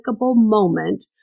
moment